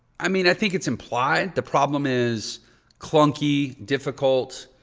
i mean i think it's implied. the problem is clunky, difficult,